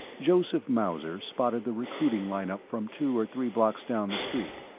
joseph mauser spotted the recruiting line-up from two or three blocks down the street,